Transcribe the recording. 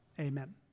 Amen